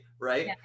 right